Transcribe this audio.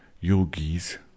Yogis